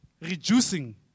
reducing